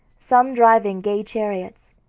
some driving gay chariots.